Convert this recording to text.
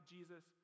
Jesus